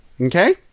Okay